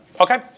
Okay